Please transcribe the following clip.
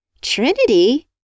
Trinity